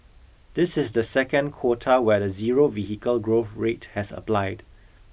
this is the second quarter where the zero vehicle growth rate has applied